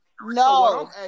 No